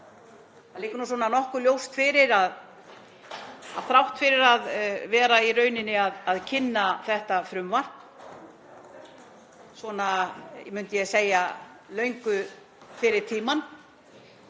Það liggur nokkuð ljóst fyrir að þrátt fyrir að vera í rauninni að kynna þetta frumvarp svona, myndi ég segja, löngu fyrir tímann,